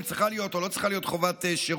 אם צריכה להיות או לא צריכה להיות חובת שירות.